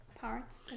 parts